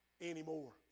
anymore